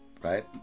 right